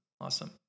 Awesome